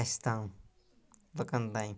اَسہِ تام لُکَن تانۍ